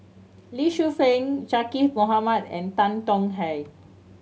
Lee Shu Fen Zaqy Mohamad and Tan Tong Hye